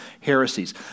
heresies